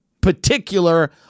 particular